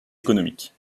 économiques